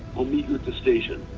i'll meet you at the station.